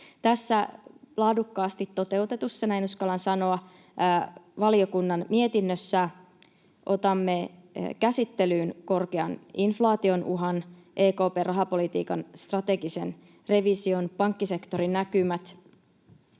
Tässä laadukkaasti toteutetussa — näin uskallan sanoa — valiokunnan mietinnössä otamme käsittelyyn korkean inflaation uhan, EKP:n rahapolitiikan strategisen revision, pankkisektorin näkymät,